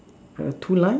uh two lines